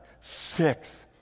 six